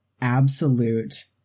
absolute